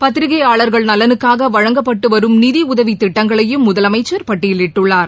பத்திரிகையாளர்கள் நலனுக்காக வழங்கப்பட்டு வரும் நிதியுதவித் திட்டங்களையும் முதலமைச்சர் பட்டியலிட்டுள்ளார்